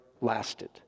lasted